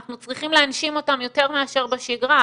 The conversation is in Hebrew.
אנחנו צריכים להנשים אותם יותר מאשר בשגרה,